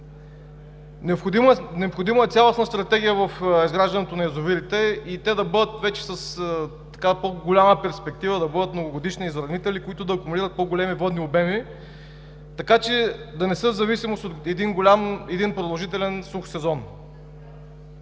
Необходима е цялостна стратегия в изграждането на язовирите. Те да бъдат вече с по-голяма перспектива, да бъдат с многогодишни изравнители, които да акумулират по-големи водни обеми, така че да не са в зависимост от един голям, продължителен сух сезон.